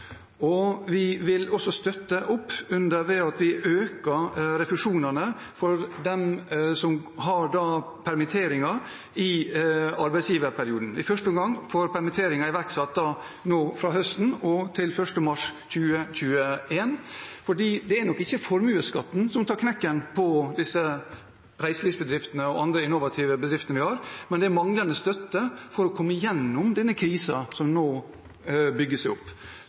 og vi vil også støtte opp under dem ved at vi øker refusjonene for dem som har permitteringer i arbeidsgiverperioden, i første omgang permitteringer som er iverksatt nå fra høsten og til 1. mars 2021. Det er nok ikke formuesskatten som tar knekken på disse reiselivsbedriftene og de andre innovative bedriftene vi har, men manglende støtte for å komme igjennom denne krisen som nå bygger seg opp.